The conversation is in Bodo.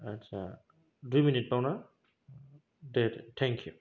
आटसा दुइ मिनिटबावना दे दे थेंक इउ